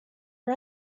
for